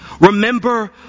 Remember